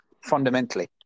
fundamentally